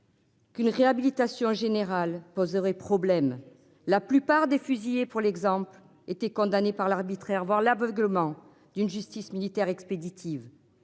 Une réhabilitation générale poserait problème. La plupart des fusillés pour l'exemple été condamnée par l'arbitraire, voire l'aveuglement d'une justice militaire expéditive.